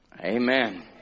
Amen